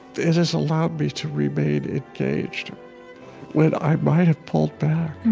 it has allowed me to remain engaged when i might have pulled back